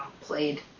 played